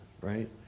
right